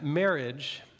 marriage